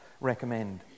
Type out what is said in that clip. recommend